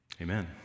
Amen